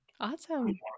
Awesome